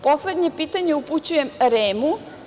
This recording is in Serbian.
Poslednje pitanje upućujem REM.